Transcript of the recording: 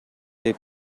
деп